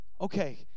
Okay